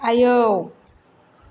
आयौ